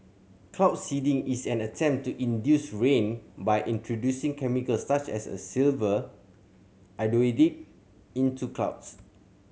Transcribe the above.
cloud seeding is an attempt to induce rain by introducing chemicals such as a silver into clouds